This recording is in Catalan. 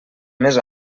més